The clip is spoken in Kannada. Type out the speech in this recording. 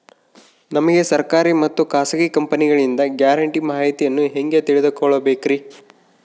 ನಮಗೆ ಸರ್ಕಾರಿ ಮತ್ತು ಖಾಸಗಿ ಕಂಪನಿಗಳಿಂದ ಗ್ಯಾರಂಟಿ ಮಾಹಿತಿಯನ್ನು ಹೆಂಗೆ ತಿಳಿದುಕೊಳ್ಳಬೇಕ್ರಿ?